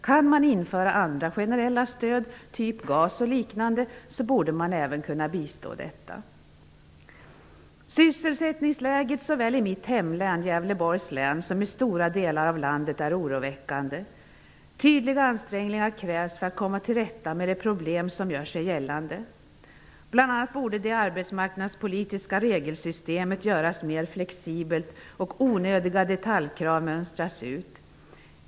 Kan man införa andra generella stöd, av typen GAS och liknande, borde man även kunna bistå med detta. Sysselsättningsläget såväl i mitt hemlän, Gävleborgs län, som i stora delar av landet är oroväckande. Tydliga ansträngningar krävs för att komma till rätta med de problem som gör sig gällande. Bl.a. borde det arbetsmarknadspolitiska regelsystemet göras mer flexibelt och onödiga detaljkrav mönstras ut.